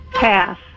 Pass